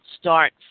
start